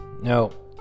No